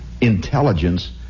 intelligence